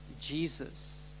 Jesus